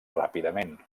ràpidament